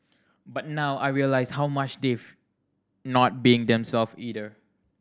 but now I realise how much they've not being themselves either